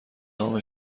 نام